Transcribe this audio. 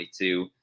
2022